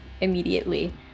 immediately